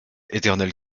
éternelle